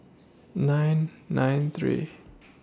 nine nine three